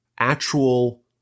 actual